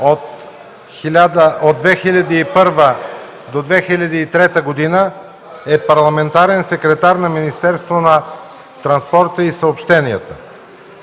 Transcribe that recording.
От 2001 до 2003 г. е парламентарен секретар на Министерството на транспорта и съобщенията.